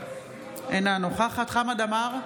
אינה נוכחת חמד עמאר,